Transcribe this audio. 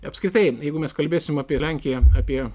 apskritai jeigu mes kalbėsim apie lenkiją apie